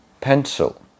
pencil